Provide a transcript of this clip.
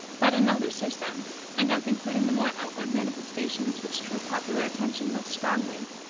but in a looser sense, and as including the more outward manifestations which drew popular attention most strongly,